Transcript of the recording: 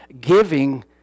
Giving